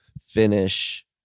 finish